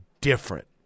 different